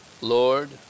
Lord